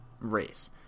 race